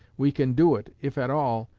we can do it, if at all,